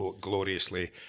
gloriously